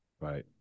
Right